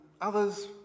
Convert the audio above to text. others